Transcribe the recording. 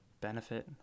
benefit